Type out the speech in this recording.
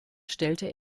stellte